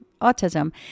autism